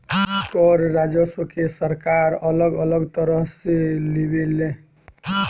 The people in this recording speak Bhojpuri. कर राजस्व के सरकार अलग अलग तरह से लेवे ले